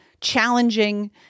challenging